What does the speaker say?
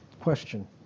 Question